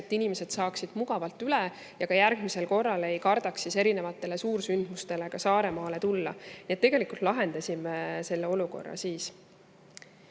et inimesed saaksid mugavalt üle ja ka järgmisel korral ei kardaks erinevatele suursündmustele Saaremaale minna. Nii et tegelikult lahendasime selle olukorra.